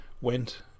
went